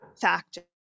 factor